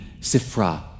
Sifra